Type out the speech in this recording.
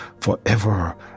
forever